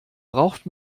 braucht